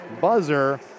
buzzer